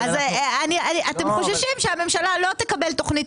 אתם חוששים שהממשלה לא תקבל תוכנית